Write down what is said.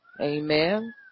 Amen